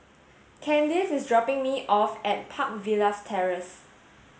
Kandice is dropping me off at Park Villas Terrace